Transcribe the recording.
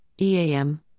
EAM